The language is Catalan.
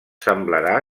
semblarà